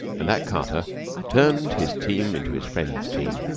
and that carter turned his team into his friend's team,